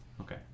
Okay